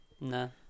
No